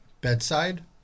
Bedside